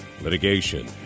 litigation